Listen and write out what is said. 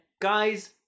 guys